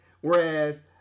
whereas